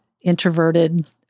introverted